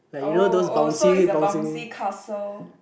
oh oh so it's a bouncy castle